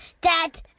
Dad